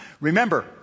Remember